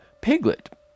Piglet